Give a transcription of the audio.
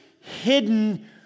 hidden